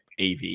AV